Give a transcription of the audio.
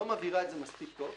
לא מבהירה את זה מספיק טוב.